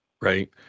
right